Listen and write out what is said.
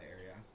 area